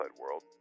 world